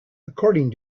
according